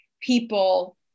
people